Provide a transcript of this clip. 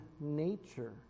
nature